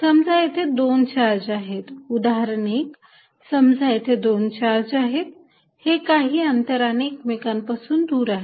समजा येथे दोन चार्ज आहेत उदाहरण 1 समजा येथे दोन चार्ज आहेत ते काही अंतराने एकमेकांपासून दूर आहेत